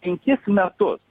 penkis metus